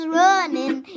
running